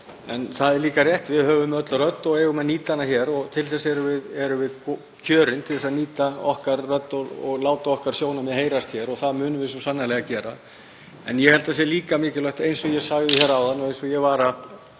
En það er líka rétt að við höfum öll rödd og eigum að nýta hana hér. Til þess erum við kjörin, til að nýta okkar rödd og láta okkar sjónarmið heyrast hér og það munum við svo sannarlega gera. En ég held að það sé líka mikilvægt, eins og ég sagði áðan og eins og ég var að